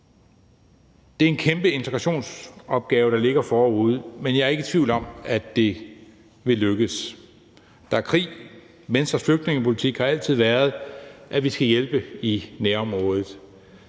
Det er en kæmpe integrationsopgave, der ligger forude, men jeg er ikke i tvivl om, at det vil lykkes. Der er krig. Venstres flygtningepolitik har altid været, at vi skal hjælpe i nærområdet.